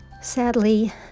Sadly